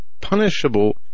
punishable